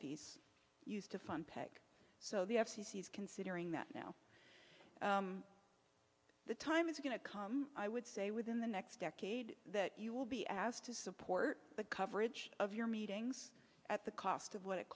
fees used to fund peg so the f c c is considering that now the time is going to come i would say within the next decade that you will be asked to support the coverage of your meetings at the cost of what it